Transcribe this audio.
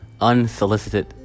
unsolicited